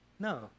No